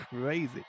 crazy